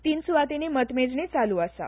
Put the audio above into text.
तीन सुवातीनी मतमेजणी चालु आसा